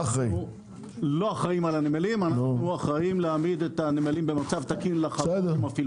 אנחנו אחראיים להעמיד את הנמלים במצב תקין לאחר.